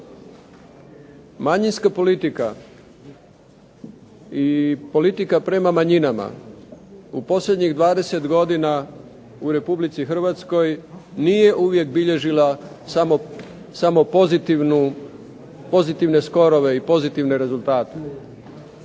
Manjinska politika i politika prema manjinama u posljednjih 20 godina u Republici Hrvatskoj nije uvijek bilježila samo pozitivnu i pozitivne skorove i pozitivne rezultate,